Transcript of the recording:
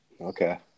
Okay